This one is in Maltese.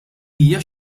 hija